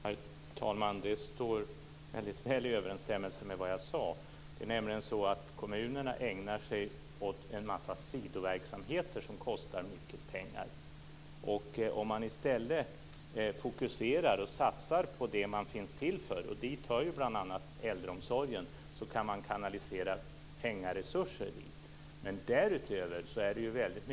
Herr talman! Det står väldigt väl i överensstämmelse med vad jag sade. Det är nämligen så att kommunerna ägnar sig åt en massa sidoverksamheter som kostar mycket pengar. Om man i stället fokuserar och satsar på det man finns till för, och dit hör ju bl.a. äldreomsorgen, kan man kanalisera pengaresurser dit.